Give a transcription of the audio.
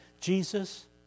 Jesus